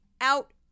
out